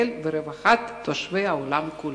האפשרי לטובתו של הציבור בישראל ולרווחת תושבי העולם כולו.